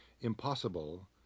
impossible